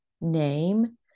name